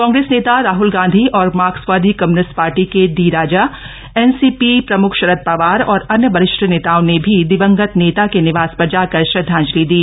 कांग्रेस नेता राहल गांधी और मार्क्सवादी कम्युनिस्ट पार्टी के डी राजा एनसीपी प्रमुख शरद पवार और अन्य वरिष्ठ नेताओं ने भी दिवंगत नेता के निवास पर जाकर श्रदधांजलि दी